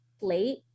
late